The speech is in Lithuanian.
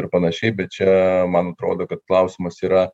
ir panašiai bet čia man atrodo kad klausimas yra